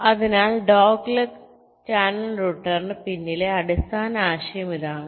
അതിനാൽ dogleg channel റൂട്ടറിന് പിന്നിലെ അടിസ്ഥാന ആശയം ഇതാണ്